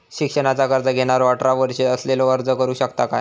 शिक्षणाचा कर्ज घेणारो अठरा वर्ष असलेलो अर्ज करू शकता काय?